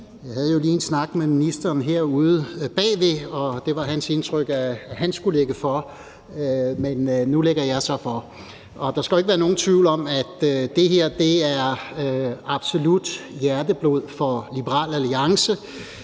Jeg havde lige en snak med ministeren her ude bagved, og det var hans indtryk, at han skulle lægge for, men nu lægger jeg så for. Der skal ikke være nogen tvivl om, at det her absolut er hjerteblod for Liberal Alliance.